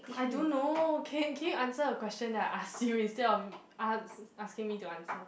I don't know can can you answer the question that I asked you instead of ask asking me to answer